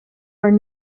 are